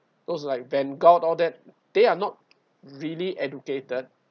those like van goth all that they are not really educated